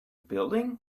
building